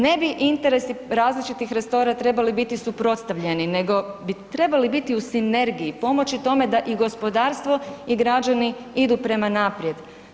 Ne bi interesi različitih resora trebali biti suprotstavljeni, nego bi trebali biti u sinergiji, pomoći tome da i gospodarstvo i građani idu prema naprijed.